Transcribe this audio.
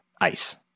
ICE